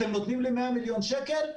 אתם נותנים לי 100 מיליון שקלים,